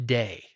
day